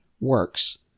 works